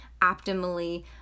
optimally